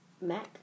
mac